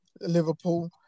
Liverpool